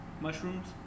mushrooms